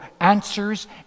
answers